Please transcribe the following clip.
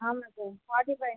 ஆமாம் sir forty five minutes